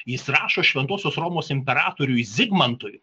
jis rašo šventosios romos imperatoriui zigmantui